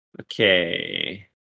Okay